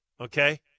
okay